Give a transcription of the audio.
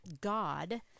God